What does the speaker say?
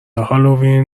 هالوین